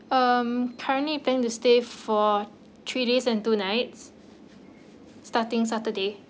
um currently plan to stay for three days and two nights starting saturday